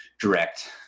direct